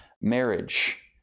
marriage